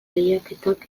lehiaketak